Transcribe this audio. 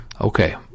Okay